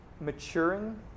maturing